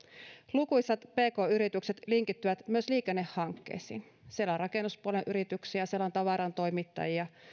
lukuisat pk yritykset linkittyvät myös liikennehankkeisiin siellä on rakennuspuolen yrityksiä siellä on tavarantoimittajia